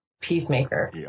peacemaker